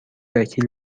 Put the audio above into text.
وکیل